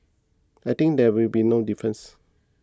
I think there will be no difference